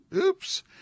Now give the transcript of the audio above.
Oops